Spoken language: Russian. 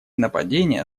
нападения